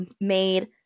made